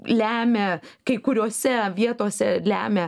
lemia kai kuriose vietose lemia